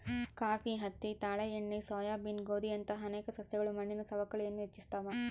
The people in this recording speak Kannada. ಕಾಫಿ ಹತ್ತಿ ತಾಳೆ ಎಣ್ಣೆ ಸೋಯಾಬೀನ್ ಗೋಧಿಯಂತಹ ಅನೇಕ ಸಸ್ಯಗಳು ಮಣ್ಣಿನ ಸವಕಳಿಯನ್ನು ಹೆಚ್ಚಿಸ್ತವ